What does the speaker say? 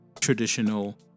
traditional